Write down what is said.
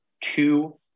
two